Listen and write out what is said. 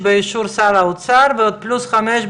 נראה בסוף,